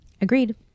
Agreed